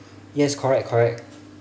yes correct correct